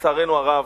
לצערנו הרב,